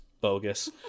bogus